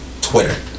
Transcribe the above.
Twitter